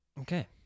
Okay